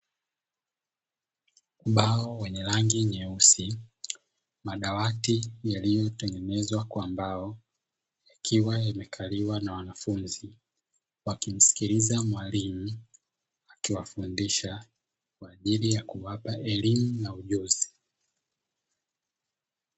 Ubao wenye rangi nyeusi, madawati yaliyotengenezwa kwa mbao yakiwa yamekaliwa na wanafunzi wakimsikiliza mwalimu akiwafundisha kwa ajili ya kuwapa elimu na ujuzi.